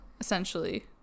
essentially